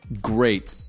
great